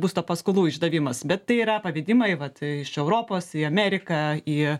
būsto paskolų išdavimas bet tai yra pavedimai vat iš europos į ameriką į